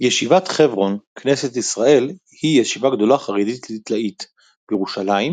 ישיבת חברון - כנסת ישראל היא ישיבה גדולה חרדית-ליטאית בירושלים